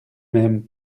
même